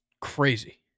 crazy